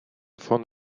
von